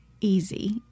easy